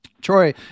Troy